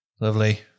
Lovely